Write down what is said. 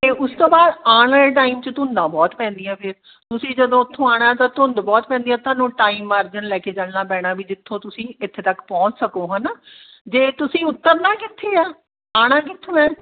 ਅਤੇ ਉਸ ਤੋਂ ਬਾਅਦ ਆਉਣ ਵਾਲੇ ਟਾਈਮ 'ਚ ਧੁੰਦਾਂ ਬਹੁਤ ਪੈਂਦੀਆ ਫਿਰ ਤੁਸੀਂ ਜਦੋਂ ਉਥੋਂ ਆਉਣਾ ਤਾਂ ਧੁੰਦ ਬਹੁਤ ਪੈਂਦੀਆਂ ਤੁਹਾਨੂੰ ਟਾਈਮ ਅਰ ਨਾਲ ਲੈ ਕੇ ਜਾਣਾ ਪੈਣਾ ਵੀ ਜਿੱਥੋਂ ਤੁਸੀਂ ਇੱਥੇ ਤੱਕ ਪਹੁੰਚ ਸਕੋ ਹੈ ਨਾ ਜੇ ਤੁਸੀਂ ਉਤਰਨਾ ਕਿੱਥੇ ਆ ਆਉਣਾ ਕਿੱਥੋਂ ਹੈ